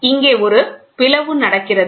இங்கே ஒரு பிளவு நடக்கிறது